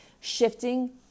shifting